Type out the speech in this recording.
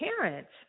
parents